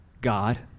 God